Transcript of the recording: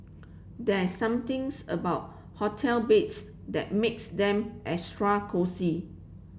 there's something's about hotel beds that makes them extra cosy